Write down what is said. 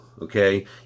Okay